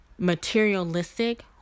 materialistic